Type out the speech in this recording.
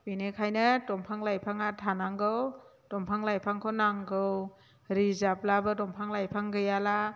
बिनिखायनो दंफां लाइफाङा थानांगौ दंफां लाइफांखौ नांगौ रिजाबब्लाबो दंफां लाइफां गैयाब्ला